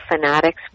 fanatics